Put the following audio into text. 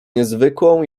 niezwykłą